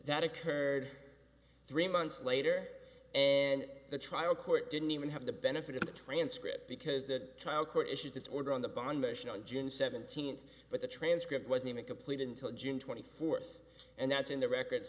that occurred three months later and the trial court didn't even have the benefit of the transcript because the trial court issued its order on the bond issue on june seventeenth but the transcript wasn't completed until june twenty fourth and that's in the record